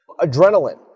Adrenaline